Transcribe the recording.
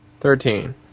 Thirteen